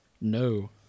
No